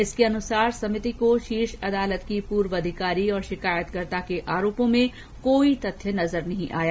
इसके अनुसार समिति को शीर्ष अदालत की पूर्व अधिकारी और शिकायतकर्ता के आरोपों में कोई तथ्य नजर नहीं आया